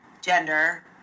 gender